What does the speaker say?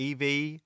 EV